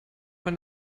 wenn